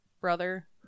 brother